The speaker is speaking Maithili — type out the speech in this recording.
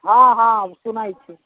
हँ हँ सुनाइ छै